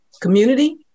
community